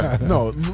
No